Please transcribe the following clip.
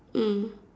mm